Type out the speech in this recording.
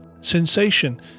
Sensation